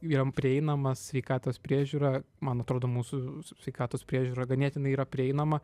yra prieinama sveikatos priežiūrą man atrodo mūsų sveikatos priežiūra ganėtinai yra prieinama